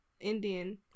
Indian